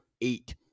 eight